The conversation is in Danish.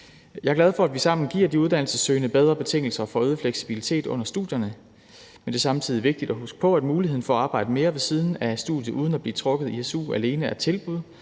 Jeg er glad for, at vi sammen giver de uddannelsessøgende bedre betingelser for øget fleksibilitet under studierne, men det er samtidig vigtigt at huske på, at muligheden for at arbejde mere ved siden af studiet uden at blive trukket i su alene er et tilbud